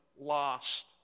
lost